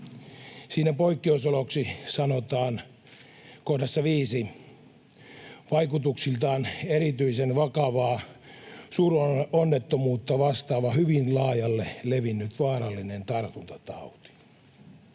Siinä poikkeusoloksi sanotaan 5 kohdassa ”vaikutuksiltaan erityisen vakavaa suuronnettomuutta vastaava hyvin laajalle levinnyt vaarallinen tartuntatauti”.